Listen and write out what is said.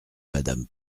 madame